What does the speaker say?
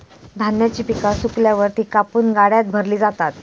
धान्याची पिका सुकल्यावर ती कापून गाड्यात भरली जातात